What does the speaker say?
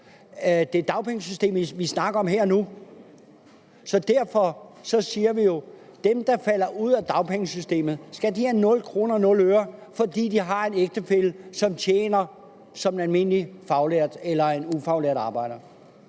Det er dagpengesystemet, vi snakker om her og nu. Så derfor spørger vi jo: Skal de, der falder ud af dagpengesystemet, have nul kroner og nul øre, fordi de har en ægtefælle, som tjener som en almindelig faglært eller ufaglært arbejder?